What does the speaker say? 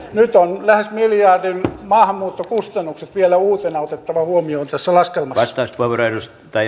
nyt on lähes miljardin maahanmuuttokustannukset vielä uutena otettava huomioon tässä laskelmassa